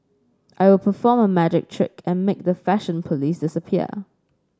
I will perform a magic trick and make the fashion police disappear